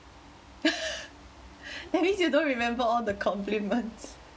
that means you don't remember all the compliments